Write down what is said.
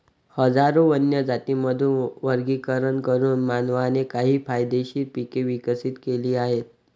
हजारो वन्य जातींमधून वर्गीकरण करून मानवाने काही फायदेशीर पिके विकसित केली आहेत